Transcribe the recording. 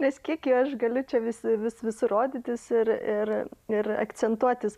nes kiek gi aš galiu čia vis vis visur rodytis ir ir ir akcentuotis